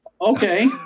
Okay